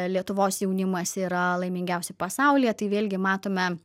lietuvos jaunimas yra laimingiausi pasaulyje tai vėlgi matome